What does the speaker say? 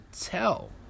tell